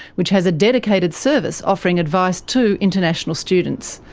which has a dedicated service offering advice to international students,